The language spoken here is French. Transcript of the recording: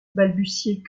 balbutiait